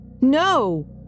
No